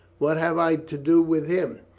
what have i to do with him?